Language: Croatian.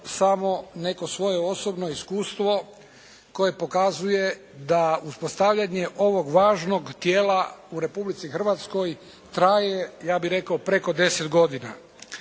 samo neko svoje osobno iskustvo koje pokazuje da uspostavljanje ovog važnog tijela u Republici Hrvatskoj traje ja bih rekao preko deset godina.